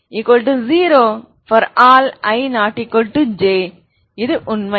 vj0 ∀ i≠j உண்மை